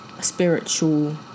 spiritual